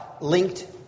linked